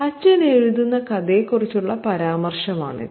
അച്ഛൻ എഴുതുന്ന കഥയെക്കുറിച്ചുള്ള പരാമർശമാണത്